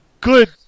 Good